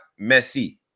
Messi